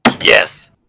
Yes